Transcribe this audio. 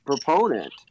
proponent